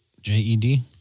J-E-D